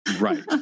Right